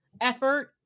effort